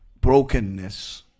brokenness